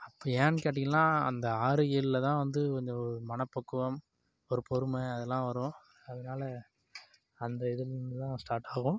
அப்போ ஏன்னு கேட்டிங்கன்னா அந்த ஆறு ஏழில் தான் வந்து அந்த ஒரு மனப்பக்குவம் ஒரு பொறுமை அதெல்லாம் வரும் அதனால அந்த இதுலேருந்துதான் ஸ்டார்ட்டாவும்